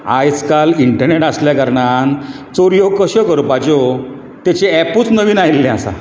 आयज काल इन्टर्नेट आसल्या कारणान चोरयो कश्यो करपाच्यो तेचें एपूच नवीन आयिल्लें आसा